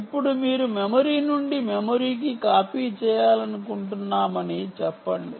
ఇప్పుడు మీరు మెమరీ నుండి మెమరీ కి కాపీ చేయాలనుకుంటున్నామని చెప్పండి